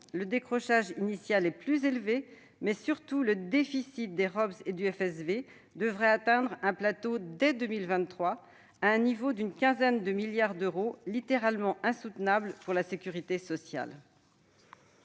le décrochage initial est plus élevé, mais surtout le déficit des Robss et du FSV devrait atteindre un plateau dès 2023, à un niveau d'une quinzaine de milliards d'euros littéralement insoutenable pour la sécurité sociale.